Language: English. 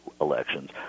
elections